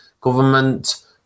Government